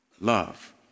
love